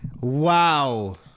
Wow